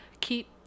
keep